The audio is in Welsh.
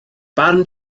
barn